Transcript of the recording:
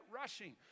rushing